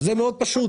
זה מאוד פשוט.